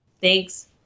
Thanks